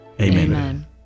Amen